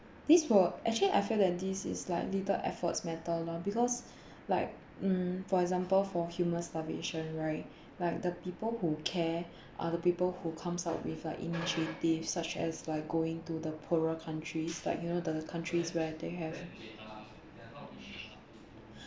this will actually I feel that this is like little efforts matter lor because like mm for example for human starvation right like the people who care and the people who comes out with a initiative such as like going to the poorer countries like you know the countries where they have